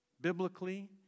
biblically